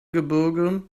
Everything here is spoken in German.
gebirge